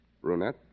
Brunette